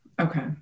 Okay